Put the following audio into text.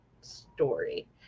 story